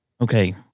okay